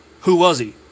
who-was-he